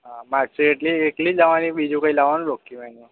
હા માર્કશીટ એટલી એકલી જ લાવવાની કે બીજું કંઈ લાવવાનું ડોક્યુમેન્ટમાં